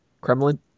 Kremlin